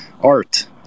art